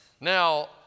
Now